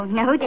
no